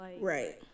Right